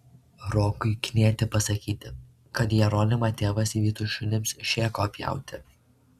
rokui knieti pasakyti kad jeronimą tėvas vytų šunims šėko pjauti